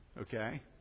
Okay